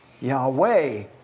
Yahweh